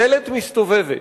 דלת מסתובבת,